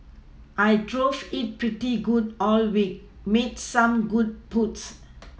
I drove it pretty good all week made some good putts